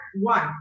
one